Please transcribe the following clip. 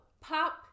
Pop